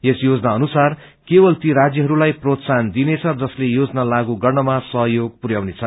यस योजना अनुसार केवल ती राज्यहरूलाई प्रोत्साहन दिइनेछ जसले योजना लागू गर्नमा सहयोग पुर्याउने छन्